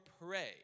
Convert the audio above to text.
pray